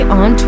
on